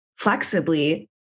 flexibly